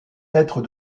lettres